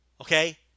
okay